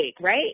right